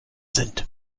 sind